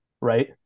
Right